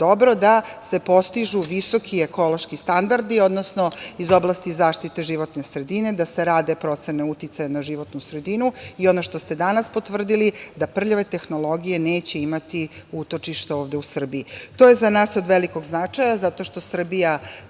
dobro, da se postižu visoki ekološki standardi odnosno iz oblasti zaštite životne sredine, da se rade procene uticaja na životnu sredinu i ono što ste danas potvrdili, da prljave tehnologije neće imati utočište ovde u Srbiji. To je za nas od velikog značaja, zato što Srbija